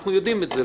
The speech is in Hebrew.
אנחנו יודעים את זה.